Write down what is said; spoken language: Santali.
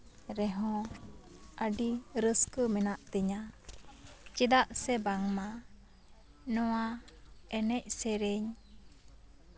ᱨᱮᱦᱚᱸ ᱟᱹᱰᱤ ᱨᱟᱹᱥᱠᱟᱹ ᱢᱮᱱᱟᱜ ᱛᱤᱧᱟ ᱪᱮᱫᱟᱜ ᱥᱮ ᱵᱟᱝᱢᱟ ᱱᱚᱣᱟ ᱮᱱᱮᱡ ᱥᱮᱨᱮᱧ